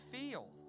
feel